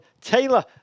Taylor